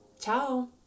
Ciao